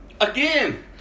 Again